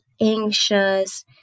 anxious